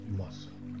muscle